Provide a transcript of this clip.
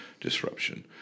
disruption